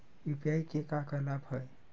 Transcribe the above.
UPI के का का लाभ हवय?